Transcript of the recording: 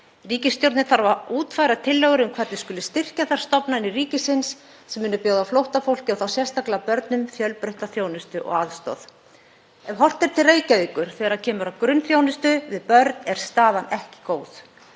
Ríkisstjórnin þarf að útfæra tillögur um hvernig skuli styrkja þær stofnanir ríkisins sem munu bjóða flóttafólki, og þá sérstaklega börnum, fjölbreytta þjónustu og aðstoð. Ef horft er til Reykjavíkur, þegar kemur að grunnþjónustu við börn, er staðan ekki góð.